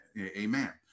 Amen